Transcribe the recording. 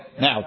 Now